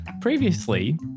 Previously